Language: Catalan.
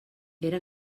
era